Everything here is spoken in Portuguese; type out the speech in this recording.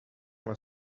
uma